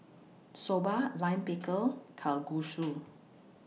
Soba Lime Pickle Kalguksu